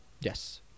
Yes